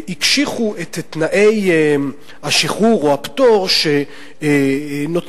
הקשיחו את תנאי השחרור או הפטור לאנשים